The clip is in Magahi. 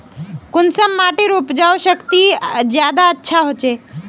कुंसम माटिर उपजाऊ शक्ति ज्यादा अच्छा होचए?